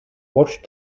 watch